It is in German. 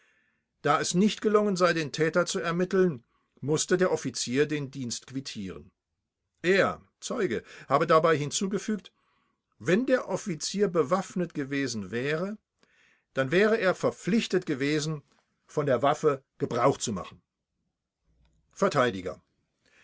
da es nicht gelungen sei den täter zu ermitteln mußte der offizier den dienst quittieren er zeuge habe dabei hinzugefügt wenn der offizier bewaffnet gewesen wäre dann wäre er verpflichtet gewesen von der waffe gebrauch zu machen